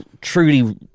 truly